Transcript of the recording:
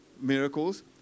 miracles